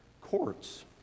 courts